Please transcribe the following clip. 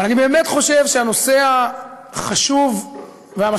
אבל אני באמת חושב שהנושא החשוב והמשמעותי